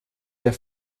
der